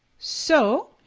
so,